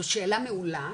זו שאלה מעולה,